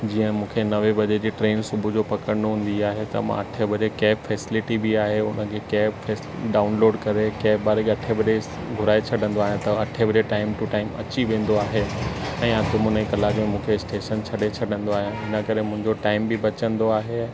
जीअं मूंखे नवें बजे जी ट्रेन सुबुह जो पकिड़णु हूंदी आहे त मां अठे बजे कैब फैसिलिटी बि आहे हुनजी कैब फैसि डाउनलोड करे कैब वारे खे अठे बजे ई घुराए छॾंदो आहियां त अठे बजे टाइम टू टाइम अची वेंदो आहे ऐं अधु मुने कलाक में मूंखे स्टेशन छॾे छॾींदो आहे हिन करे मुंहिंजो टाइम बि बचंदो आहे